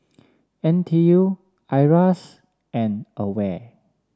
N T U Iras and Aware